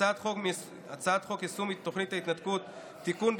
הצעת חוק יישום תוכנית ההתנתקות (תיקון,